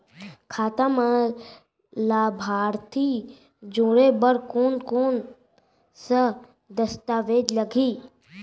खाता म लाभार्थी जोड़े बर कोन कोन स दस्तावेज लागही?